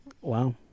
Wow